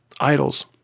idols